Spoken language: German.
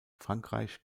frankreich